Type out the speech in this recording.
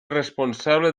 responsable